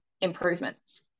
improvements